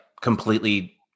completely